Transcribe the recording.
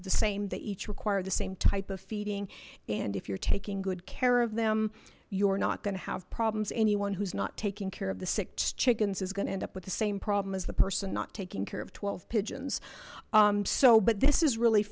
the same that each require the same type of feeding and if you're taking good care of them you're not going to have problems anyone who's not taking care of the sick chickens is going to end up with the same problem as the person not taking care of twelve pigeons so but this is really